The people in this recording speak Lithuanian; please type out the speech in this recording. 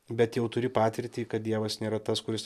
bet jau turi patirtį kad dievas nėra tas kuris